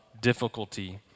difficulty